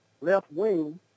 left-wing